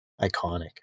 Iconic